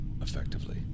effectively